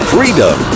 Freedom